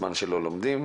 בזמן שלא לומדים